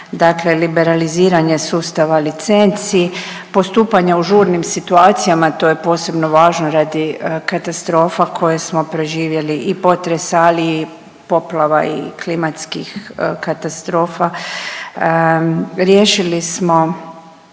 dakle liberaliziranje sustava licenci, postupanja u žurnim situacijama, to je posebno važno radi katastrofa koje smo preživjeli i potres, ali i poplava i klimatskih katastrofa. Riješili smo